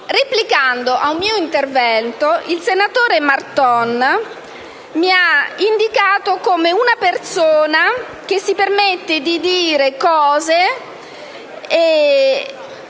Replicando a un mio intervento, il senatore Marton mi ha indicato come una persona che si permette di dire cose e